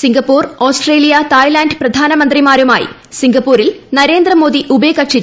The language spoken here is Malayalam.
സിംഗപ്പൂർ ഓസ്ട്രേലിയ തായ്ലാന്റ് പ്രധാനമന്ത്രിമാരുമായി സിംഗപ്പൂരിൽ നരേന്ദ്രമോദി ഉഭയകക്ഷി ചർച്ച നടത്തി